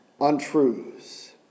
untruths